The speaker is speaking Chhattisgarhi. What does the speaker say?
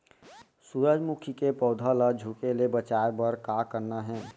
सूरजमुखी के पौधा ला झुके ले बचाए बर का करना हे?